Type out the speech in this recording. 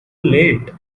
late